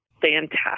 fantastic